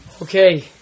Okay